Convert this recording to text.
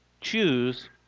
choose